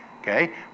Okay